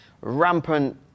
rampant